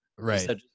Right